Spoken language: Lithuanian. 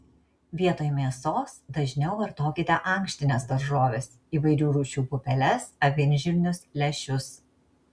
vietoj mėsos dažniau vartokite ankštines daržoves įvairių rūšių pupeles avinžirnius lęšius